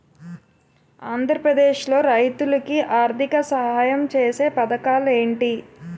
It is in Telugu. ఆంధ్రప్రదేశ్ లో రైతులు కి ఆర్థిక సాయం ఛేసే పథకాలు ఏంటి?